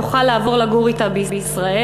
יוכל לעבור לגור אִתה בישראל.